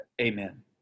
Amen